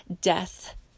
death